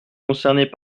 concernées